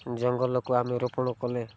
ଜଙ୍ଗଲକୁ ଆମେ ରୋପଣ କଲେ